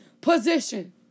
position